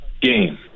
game